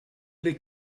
les